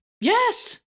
yes